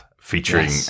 featuring